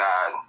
God